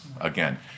again